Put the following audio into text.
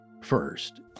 First